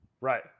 Right